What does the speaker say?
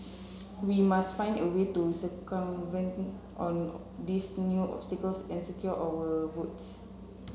we must find a way to circumvent all these new obstacles and secure our votes